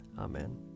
Amen